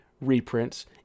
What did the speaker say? reprints